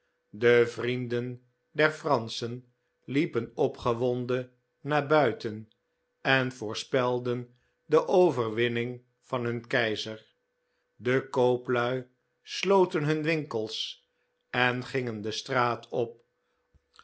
de vrienden der franschen liepen opgewonden naar buiten en voorspelden de overwinning van hun keizer de kooplui sloten hun winkels en gingen de straat op